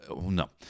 No